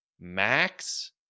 max